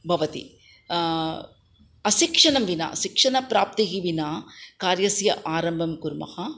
भवति शिक्षणं विना शिक्षणप्राप्तिः विना कार्यस्य आरम्भः कुर्मः